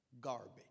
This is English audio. garbage